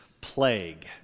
plague